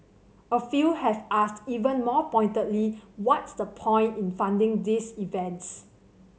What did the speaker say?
a few have asked even more pointedly what's the point in funding these events